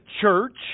church